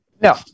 No